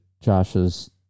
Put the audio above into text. josh's